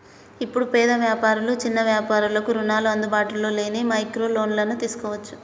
ఇప్పుడు పేద వ్యాపారులు చిన్న వ్యాపారులకు రుణాలు అందుబాటులో లేని మైక్రో లోన్లను తీసుకోవచ్చు